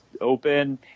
open